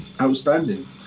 outstanding